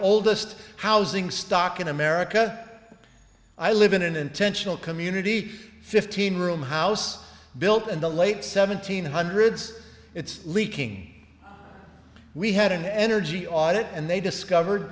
oldest housing stock in america i live in an intentional community fifteen room house built in the late seventeen hundreds it's leaking we had an energy audit and they discovered